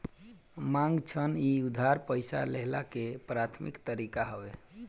मांग ऋण इ उधार पईसा लेहला के प्राथमिक तरीका हवे